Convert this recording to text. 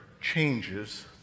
changes